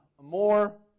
more